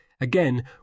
Again